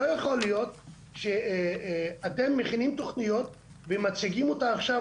לא יכול להיות שאתם מכינים תוכניות ומציגים אותה עכשיו